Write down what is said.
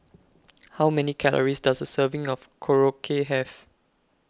How Many Calories Does A Serving of Korokke Have